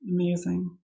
Amazing